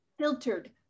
filtered